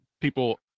people